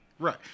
Right